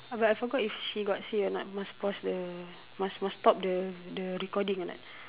but I forgot if she got say or not must pause the must must stop the recording or not